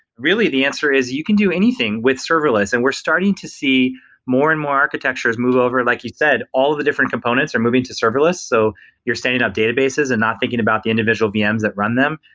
really the answer is you can do anything with serverless and we're starting to see more and more architectures move over like you said, all the different components are moving to serverless, so you're standing up databases and not thinking about the individual vms that run them.